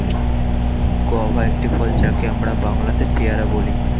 guava একটি ফল যাকে আমরা বাংলাতে পেয়ারা বলি